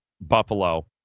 Buffalo